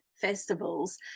festivals